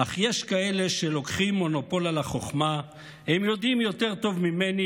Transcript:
"אך יש כאלה שלוקחים מונופול על החוכמה / ויודעים יותר טוב ממני,